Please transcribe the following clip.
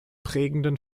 prägenden